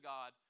God